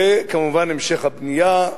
וכמובן, המשך הבנייה.